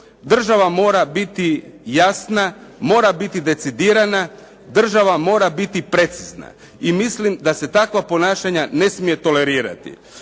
država mora biti jasna, mora biti decidirana, država mora biti precizna. I mislim da se takva ponašanja ne smije tolerirati.